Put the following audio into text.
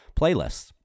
playlists